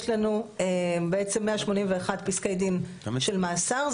יש לנו בעצם 181 פסקי דין של מאסר,